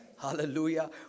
Hallelujah